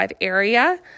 area